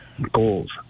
Goals